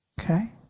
Okay